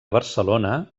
barcelona